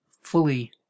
fully